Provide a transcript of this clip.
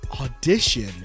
Audition